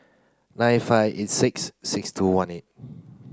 nine five eight six six two one eight